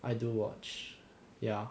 I do watch ya